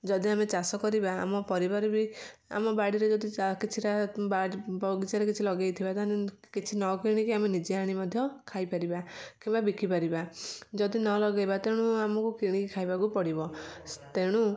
ଯଦି ଆମେ ଚାଷ କରିବା ଆମ ପରିବାର ବି ଆମ ବାଡ଼ିରେ ଯଦି କିଛିଟା ବାଡ଼ି ବଗିଚାରେ କିଛି ଲଗାଇଥିବା ତାହେଲେ କିଛି ନ କିଣିକି ଆମେ ନିଜେ ଆଣି ମଧ୍ୟ ଖାଇ ପାରିବା କିମ୍ବା ବିକି ପାରିବା ଯଦି ନ ଲଗାଇବା ତେଣୁ ଆମକୁ କିଣିକି ଖାଇବାକୁ ପଡ଼ିବ ତେଣୁ